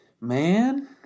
Man